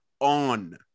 on